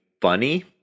funny